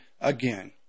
again